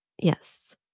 yes